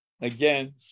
again